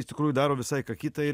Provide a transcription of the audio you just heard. iš tikrųjų daro visai ką kitą ir